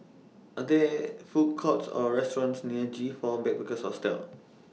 Are There Food Courts Or restaurants near G four Backpackers Hostel